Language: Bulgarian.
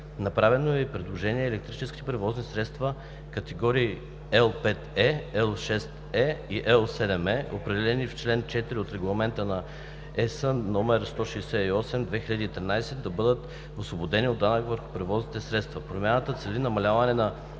Направено е и предложение електрическите превозни средства категории L5e, L6e и L7e, определени в чл. 4 от Регламент (ЕС) № 168/2013, да бъдат освободени от данък върху превозните средства. Промяната цели намаляване на вредните